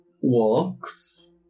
walks